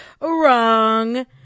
wrong